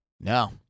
No